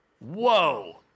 Whoa